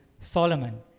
Solomon